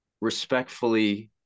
respectfully